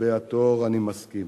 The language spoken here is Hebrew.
לגבי התור, אני מסכים,